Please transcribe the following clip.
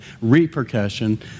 repercussion